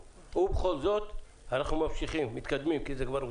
בכל זאת אנחנו מתקדמים כי זה כבר אושר.